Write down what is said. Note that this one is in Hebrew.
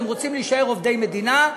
והם רוצים להישאר עובדי מדינה,